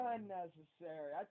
Unnecessary